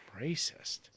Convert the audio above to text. racist